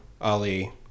Ali